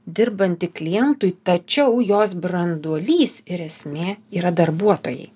dirbanti klientui tačiau jos branduolys ir esmė yra darbuotojai